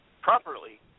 properly